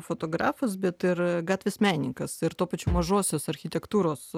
fotografas bet ir gatvės menininkas ir tuo pačiu mažosios architektūros